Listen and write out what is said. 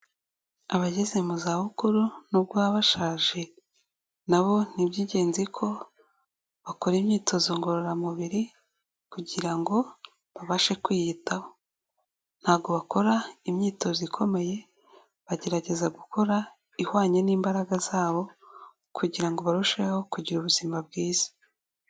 Abageze mu zabukuru n'ubwo baba bashaje na bo ni iby'ibgenzi ko bakora imyitozo ngororamubiri kugira ngo babashe kwiyitaho. Ntago bakora imyitozo ikomeye, bagerageza gukora ihwanye n'imbaraga zabo kugira ngo barusheho kugira ubuzima bwiza.